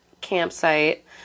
campsite